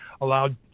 allowed